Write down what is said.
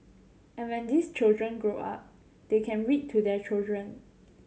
and when these children grow up they can read to their children